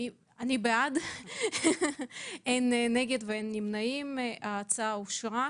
הצבעה בעד, 1 נגד, אין נמנעים, אין אושר.